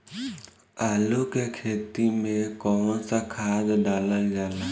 आलू के खेती में कवन सा खाद डालल जाला?